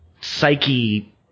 psyche